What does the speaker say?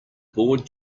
board